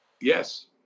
Yes